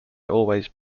always